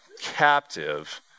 captive